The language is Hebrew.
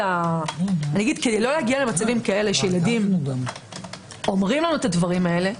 כדי לא להגיע למצבים שילדים אומרים לנו את הדברים האלה,